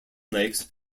lakes